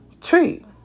treat